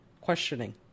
questioning